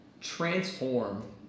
transform